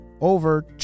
Over